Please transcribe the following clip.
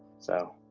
so.